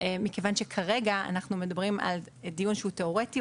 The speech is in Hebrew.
מכיוון שכרגע אנחנו מדברים על דיון תיאורטי,